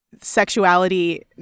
sexuality